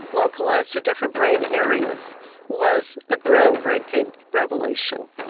localised to different brain areas was a groundbreaking revelation.